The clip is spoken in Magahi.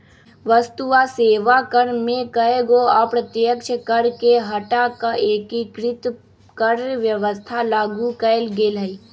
वस्तु आ सेवा कर में कयगो अप्रत्यक्ष कर के हटा कऽ एकीकृत कर व्यवस्था लागू कयल गेल हई